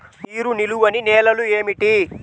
నీరు నిలువని నేలలు ఏమిటి?